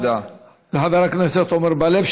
תודה לחבר הכנסת עמר בר-לב.